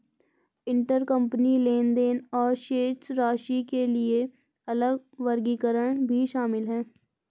intercompany लेनदेन और शेष राशि के लिए अलग वर्गीकरण भी शामिल हैं